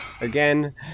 again